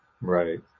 Right